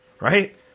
Right